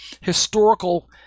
historical